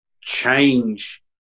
change